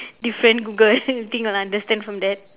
different google the thing will understand from that